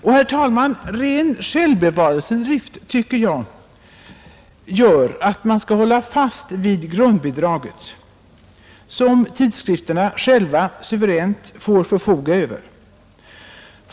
Och, herr talman, också av ren självbevarelsedrift anser jag att man måste hålla fast vid ett grundbidrag som tidskrifterna själva suveränt får förfoga över.